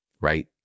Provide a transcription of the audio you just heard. right